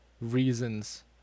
reasons